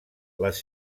les